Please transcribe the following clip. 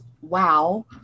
wow